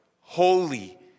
holy